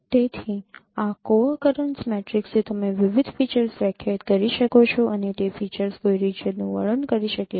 તેથી આ co occurrence મેટ્રિક્સથી તમે વિવિધ ફીચર્સ વ્યાખ્યાયિત કરી શકો છો અને તે ફીચર્સ કોઈ રિજિયનનું વર્ણન કરી શકે છે